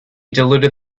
diluted